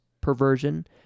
perversion